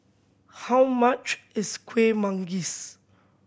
how much is Kueh Manggis